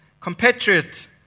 compatriot